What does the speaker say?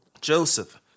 Joseph